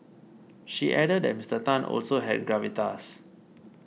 she added that Mister Tan also has gravitas